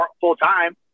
full-time